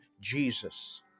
Jesus